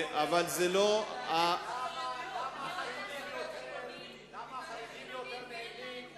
מה עם חינוך עם אידיאולוגיה, ?